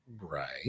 right